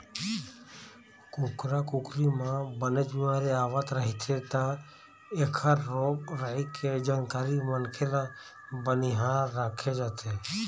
कुकरा कुकरी म बनेच बिमारी आवत रहिथे त एखर रोग राई के जानकार मनखे ल बनिहार राखे जाथे